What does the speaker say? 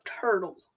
turtle